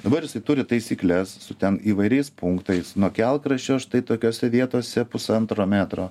dabar jisai turi taisykles su ten įvairiais punktais nuo kelkraščio štai tokiose vietose pusantro metro